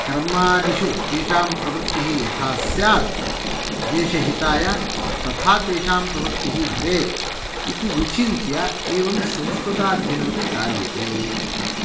कर्मादिषु तेषां प्रवृत्तिः यथा स्यात् देशहिताय तथा तेषां प्रवृत्तिः भवेत् इति विचिन्त्य एवं संस्कृताध्ययनमपि कार्यते इति